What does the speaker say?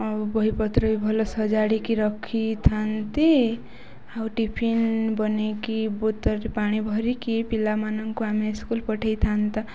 ଆଉ ବହିପତ୍ର ବି ଭଲ ସଜାଡ଼ିକି ରଖିଥାନ୍ତି ଆଉ ଟିଫିନ୍ ବନେଇକି ବୋତଲରେ ପାଣି ଭରିକି ପିଲାମାନଙ୍କୁ ଆମେ ସ୍କୁଲ୍ ପଠେଇଥାନ୍ତା